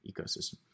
ecosystem